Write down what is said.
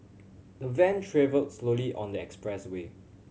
the van travelled slowly on the expressway